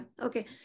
Okay